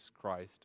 Christ